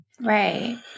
right